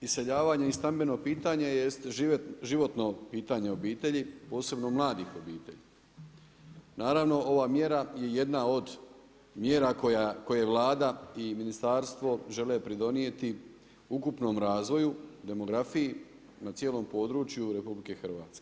Iseljavanje i stambeno pitanje jest životno pitanje obitelji posebno mladih obitelji. naravno ova mjera je jedna od mjera koje Vlada i ministarstvo žele pridonijeti ukupnom razdvoju, demografiji na cijelom području RH.